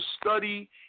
study